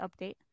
update